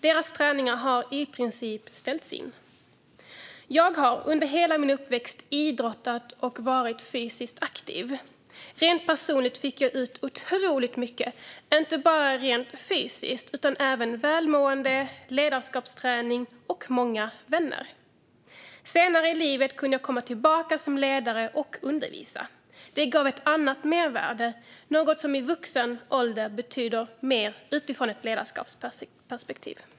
Deras träningar har i princip ställts in. Jag har under hela min uppväxt idrottat och varit fysiskt aktiv. Rent personligen fick jag ut otroligt mycket, inte bara det rent fysiska utan även välmående, ledarskapsträning och många vänner. Senare i livet kunde jag komma tillbaka som ledare och undervisa. Det gav ett annat mervärde, något som i vuxen ålder betyder mer utifrån ett ledarskapsperspektiv.